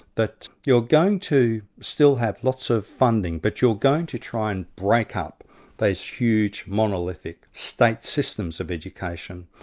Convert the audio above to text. that you're going to still have lots of funding, but you're going to try to and break up those huge monolithic state systems of education,